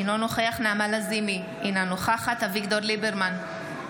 אינו נוכח נעמה לזימי, אינה נוכחת אביגדור ליברמן,